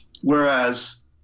whereas